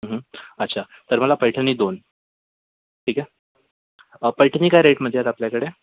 अच्छा तर मला पैठणी दोन ठीक आहे पैठणी काय रेटमध्ये आहेत आपल्याकडे